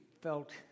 felt